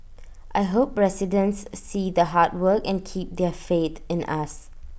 I hope residents see the hard work and keep their faith in us